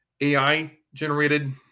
AI-generated